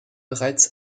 bereits